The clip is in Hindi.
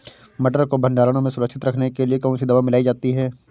मटर को भंडारण में सुरक्षित रखने के लिए कौन सी दवा मिलाई जाती है?